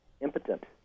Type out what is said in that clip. impotent